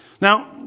Now